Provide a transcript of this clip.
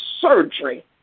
surgery